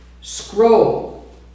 scroll